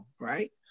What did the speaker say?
right